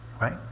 right